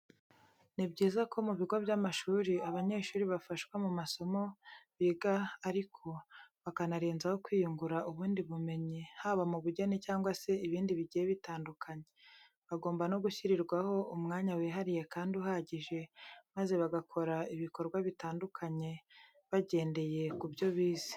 Ni byiza ko mu bigo by'amashuri abanyeshuri bafashwa mu masomo biga ariko bakanarenzaho kwiyungura ubundi bumenyi, haba mu bugeni cyangwa se ibindi bigiye bitandukanye. Bagomba no gushyirirwaho umwanya wihariye kandi uhagije, maze bagakora ibikorwa bitandukanye bagendeye ku byo bize.